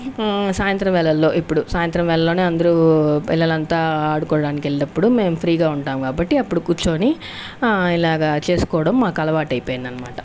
సాయంత్రం వేళల్లో ఇప్పుడు సాయంత్రం వేళలోనే అందరూ పిల్లలంతా ఆడుకోవడానికి వెళ్ళినప్పుడు మేము ఫ్రీ గా ఉంటాం కాబట్టి అప్పుడు కూర్చొని ఇలాగ చేసుకోవడం మాకు అలవాటైపోయింది అనమాట